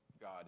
God